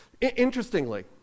Interestingly